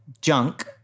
junk